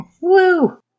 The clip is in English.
Woo